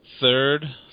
Third